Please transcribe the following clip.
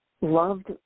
loved